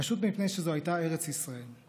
פשוט מפני שזו הייתה ארץ ישראל.